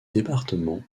département